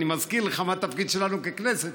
אני מזכיר לך מה התפקיד שלנו ככנסת,